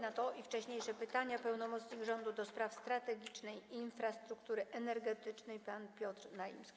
Na to i wcześniejsze pytania odpowie pełnomocnik rządu do spraw strategicznej infrastruktury energetycznej pan Piotr Naimski.